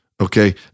Okay